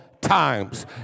times